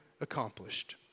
accomplished